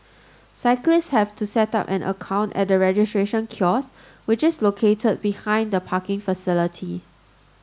cyclists have to set up an account at the registration kiosks which is located behind the parking facility